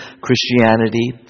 Christianity